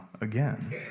again